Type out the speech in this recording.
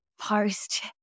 post